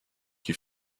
qui